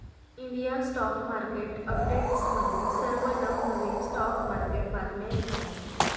India stock market अपडेट्समध्ये सर्व नवनवीन स्टॉक मार्केट बातम्या येतात